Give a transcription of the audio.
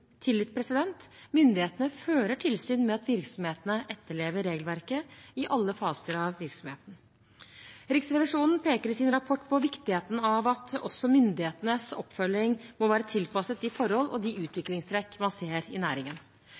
tillit – myndighetene fører tilsyn med at virksomhetene etterlever regelverket i alle faser av virksomheten. Riksrevisjonen peker i sin rapport på viktigheten av at også myndighetenes oppfølging må være tilpasset de forhold og de utviklingstrekk man ser i næringen.